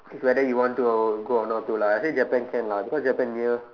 it's whether you want to go or not go lah I would say Japan can lah because Japan near